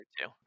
two